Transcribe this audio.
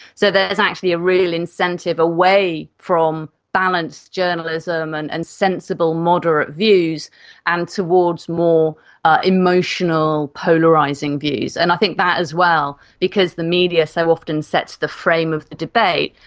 so there is actually a real incentive away from balanced journalism and and sensible moderate views and towards more emotional polarising views. and i think that as well, because the media so often sets the frame of the debate,